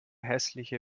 hässliche